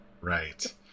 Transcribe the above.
Right